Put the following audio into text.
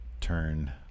turn